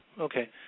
Okay